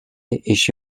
eşi